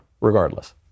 Regardless